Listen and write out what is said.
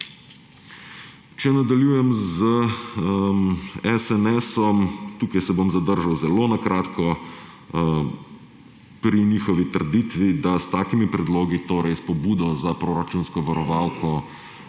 Če nadaljujem s SNS, tu se bom zadržal zelo kratko, pri njihovi trditvi, da s takimi predlogi, torej s pobudo za proračunsko varovalko